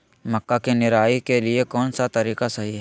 मक्का के निराई के लिए कौन सा तरीका सही है?